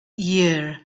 year